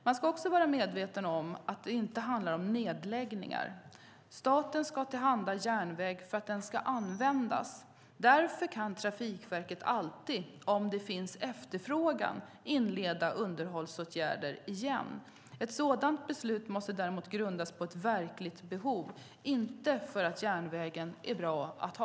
Man ska också vara medveten om att det inte handlar om nedläggningar. Staten ska tillhandahålla järnväg för att den ska användas. Därför kan Trafikverket alltid, om det finns efterfrågan, inleda underhållsåtgärder igen. Ett sådant beslut måste däremot grundas på ett verkligt behov - inte för att järnvägen är bra att ha.